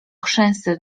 chrzęst